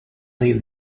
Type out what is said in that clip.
lead